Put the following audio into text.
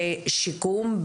בשיקום,